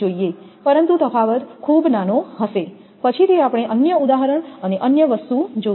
પરંતુ તફાવત ખૂબ નાનો હશે પછીથી આપણે અન્ય ઉદાહરણ અને અન્ય વસ્તુ જોશું